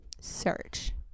Search